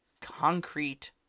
concrete